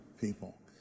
people